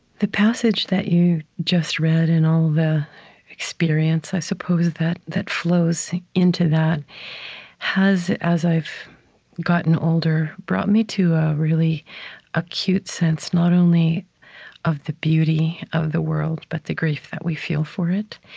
the passage that you just read, and all of the experience, i suppose, that that flows into that has, as i've gotten older, brought me to a really acute sense, not only of the beauty of the world, but the grief that we feel for it,